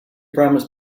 promised